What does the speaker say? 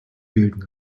bilden